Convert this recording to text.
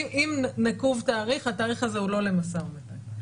אם נקוב תאריך התאריך הזה הוא לא משא ומתן.